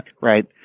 Right